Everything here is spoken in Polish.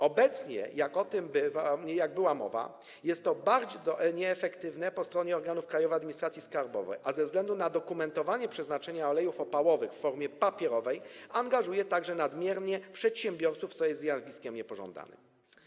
Obecnie, jak była mowa, jest to bardzo nieefektywne po stronie organów Krajowej Administracji Skarbowej, a ze względu na dokumentowanie przeznaczenia olejów opałowych w formie papierowej angażuje także nadmiernie przedsiębiorców, co jest zjawiskiem niepożądanym.